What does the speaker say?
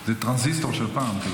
זה נשמע כמו טרנזיסטור של פעם.